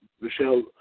Michelle